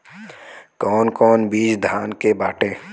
कौन कौन बिज धान के बाटे?